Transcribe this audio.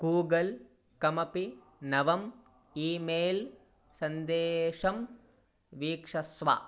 Google कमपि नवम् email सन्देशं वीक्षस्व